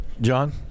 John